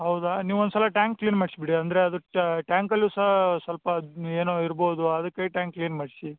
ಹೌದಾ ನೀವು ಒಂದು ಸಲ ಟ್ಯಾಂಕ್ ಕ್ಲೀನ್ ಮಾಡ್ಸಿ ಬಿಡಿ ಅಂದರೆ ಅದು ಟ್ಯಾಂಕಲ್ಲು ಸಹ ಸ್ವಲ್ಪ ಏನೋ ಇರ್ಬೋದು ಅದಕ್ಕಾಗಿ ಟ್ಯಾಂಕ್ ಕ್ಲೀನ್ ಮಾಡಿಸಿ